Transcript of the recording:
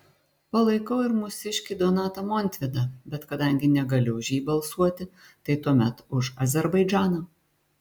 palaikau ir mūsiškį donatą montvydą bet kadangi negaliu už jį balsuoti tai tuomet už azerbaidžaną